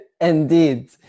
Indeed